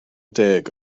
deg